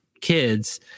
kids